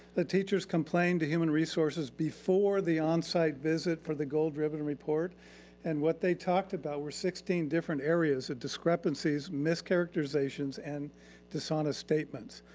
the teachers complained to human resources before the onsite visit for the gold ribbon and report and what they talked about were sixteen different areas of discrepancies, mischaracterizations, and dishonest statements.